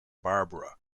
barbara